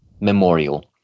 memorial